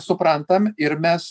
suprantam ir mes